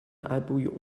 aboyant